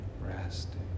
resting